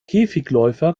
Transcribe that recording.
käfigläufer